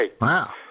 Wow